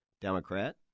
Democrat